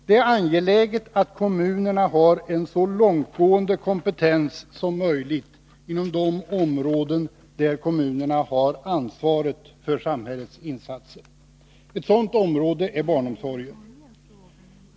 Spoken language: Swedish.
Det är angeläget att kommunerna har en så långtgående kompetens som möjligt inom de områden där kommunerna har ansvaret för samhällets insatser. Ett sådant område är barnomsorgen.